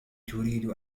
تريد